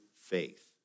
faith